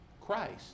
Christ